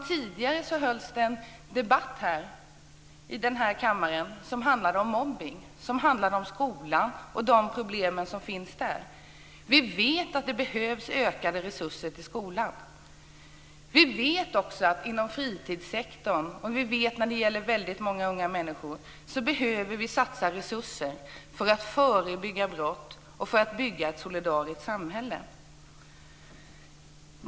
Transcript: Tidigare hölls det en debatt i den här kammaren som handlade om mobbning och om skolan och de problem som finns där. Vi vet att det behövs ökade resurser till skolan. Vi vet också att vi, när det gäller fritidssektorn och väldigt många unga människor, behöver satsa resurser för att förebygga brott och för att bygga ett solidariskt samhälle.